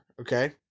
Okay